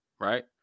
right